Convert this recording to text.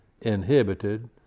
inhibited